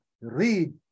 Read